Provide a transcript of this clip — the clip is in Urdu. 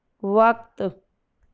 وقت